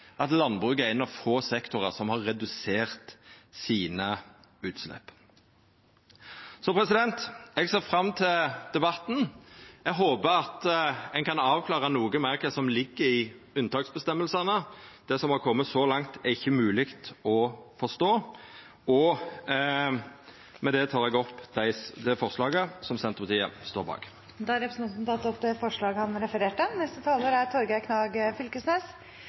at landbruket er ein av få sektorar som har redusert sine utslepp. Så eg ser fram til debatten. Eg håpar at ein kan avklara noko meir kva som ligg i unntaksbestemmingane. Det som har kome så langt, er ikkje mogleg å forstå. Med det tek eg opp det forslaget som Senterpartiet står bak. Representanten Geir Pollestad har tatt opp det forslaget han refererte til.